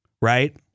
right